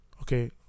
okay